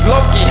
Loki